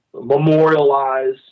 memorialize